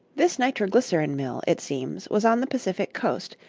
this nitroglycerin-mill, it seems, was on the pacific coast,